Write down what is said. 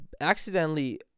accidentally